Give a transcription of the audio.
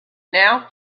now